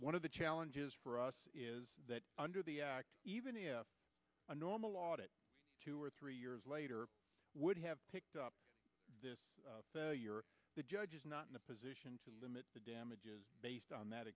one of the challenges for us is that under the act even if a normal audit two or three years later would have picked up the judge is not in a position to limit the damage is based on that